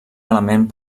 element